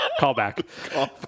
Callback